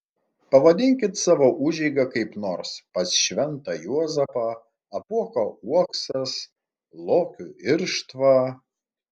pavadinkit savo užeigą kaip nors pas šventą juozapą apuoko uoksas lokių irštva